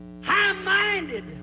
high-minded